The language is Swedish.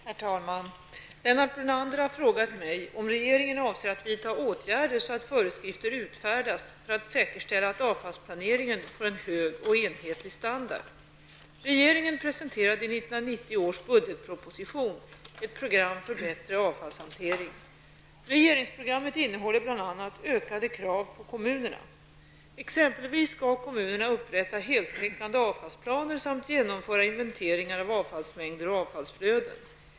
Herr talman! Lennart Brunander har frågat mig om regeringen avser att vidta åtgärder så att föreskrifter utfärdas för att säkerställa att avfallsplaneringen får en hög och enhetlig standard. Regeringen presenterade i 1990 års budgetproposition ett program för bättre avfallshantering. Regeringsprogrammet innehåller bl.a. ökade krav på kommunerna. Exempelvis skall kommunerna upprätta heltäckande avfallsplaner samt genomföra inventeringar av avfallsmängder och avfallsflöden.